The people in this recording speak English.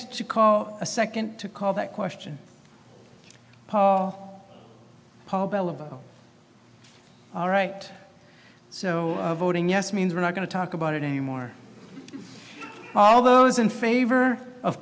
to call a second to call that question paul paul bell of all right so voting yes means we're not going to talk about it anymore all those in favor of